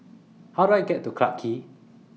How Do I get to Clarke Quay